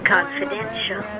Confidential